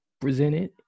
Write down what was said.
presented